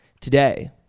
today